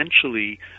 essentially